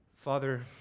Father